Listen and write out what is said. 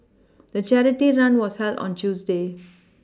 the charity run was held on Tuesday